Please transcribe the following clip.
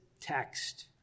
text